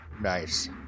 Nice